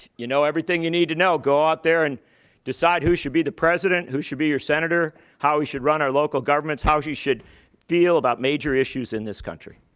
you know everything you need to know. go out there and decide who should be the president, who should be your senator, how we should run our local governments, how you should feel about major issues in this country.